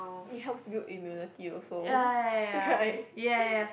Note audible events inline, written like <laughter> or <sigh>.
it helps build immunity also right <breath>